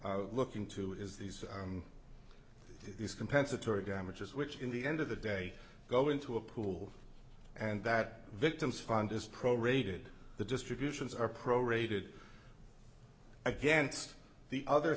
looking to is these these compensatory damages which in the end of the day go into a pool and that victim's fund is prorated the distributions are prorated against the other